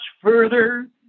further